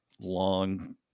long